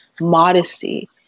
modesty